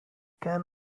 can